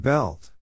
Belt